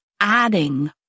adding